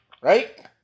right